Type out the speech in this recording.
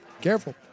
Careful